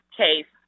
case